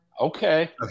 okay